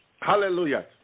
Hallelujah